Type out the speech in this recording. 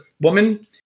woman-